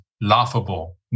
laughable